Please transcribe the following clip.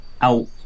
out